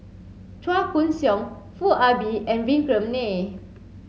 Chua Koon Siong Foo Ah Bee and Vikram Nair